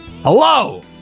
Hello